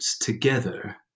together